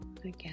Again